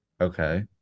Okay